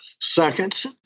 seconds